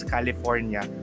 California